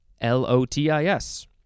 L-O-T-I-S